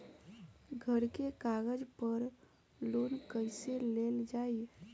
घर के कागज पर लोन कईसे लेल जाई?